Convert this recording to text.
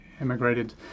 immigrated